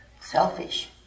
Selfish